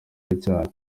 cyane